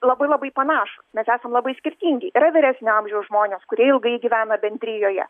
labai labai panaš mes esam labai skirtingi yra vyresnio amžiaus žmonės kurie ilgai gyvena bendrijoje